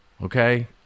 okay